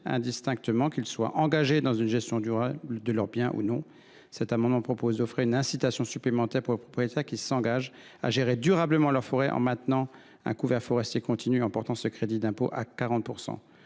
forestiers, qu’ils soient engagés dans une gestion durable de leur bien ou non. Cet amendement vise à offrir une incitation supplémentaire pour les propriétaires qui s’engagent à gérer durablement leur forêt en maintenant un couvert forestier continu, en portant ce crédit d’impôt à 40 %.